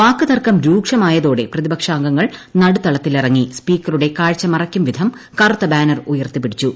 വാക്കുതർക്കം രൂക്ഷമായതോടെ പ്രതിപക്ഷാംഗങ്ങൾ നടുത്തളത്തിൽ ഇറങ്ങി സ്പീക്കറുടെ കാഴ്ച മറയ്ക്കുന്നവിധം കറുത്ത ബാനർ ഉയർത്തിപ്പിടിച്ചു